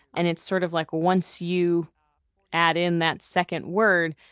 and it's sort of like once you add in that second word,